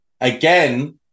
again